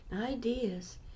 ideas